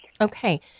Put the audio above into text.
Okay